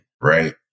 right